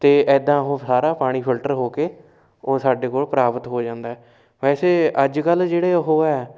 ਅਤੇ ਇੱਦਾਂ ਉਹ ਸਾਰਾ ਪਾਣੀ ਫਿਲਟਰ ਹੋ ਕੇ ਉਹ ਸਾਡੇ ਕੋਲ ਪ੍ਰਾਪਤ ਹੋ ਜਾਂਦਾ ਵੈਸੇ ਅੱਜ ਕੱਲ੍ਹ ਜਿਹੜੇ ਉਹ ਹੈ